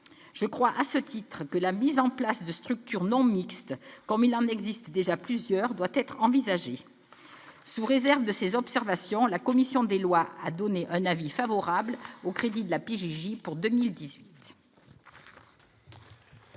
je crois que la mise en place de structures non mixtes, comme il en existe déjà plusieurs, doit être envisagée. Sous réserve de ces observations, la commission des lois a émis un avis favorable sur les crédits de la PJJ pour 2018.